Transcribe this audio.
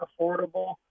affordable